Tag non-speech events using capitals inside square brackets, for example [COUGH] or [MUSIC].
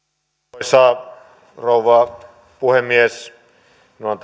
arvoisa rouva puhemies minulla on [UNINTELLIGIBLE]